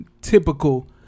typical